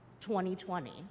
2020